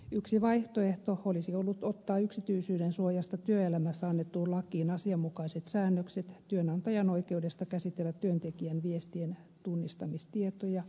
yksi vaihtoehto olisi ollut ottaa yksityisyyden suojasta työelämässä annettuun lakiin asianmukaiset säännökset työnantajan oikeudesta käsitellä työntekijän viestien tunnistamistietoja